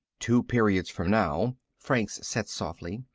two periods from now, franks said softly,